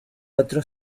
otro